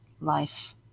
life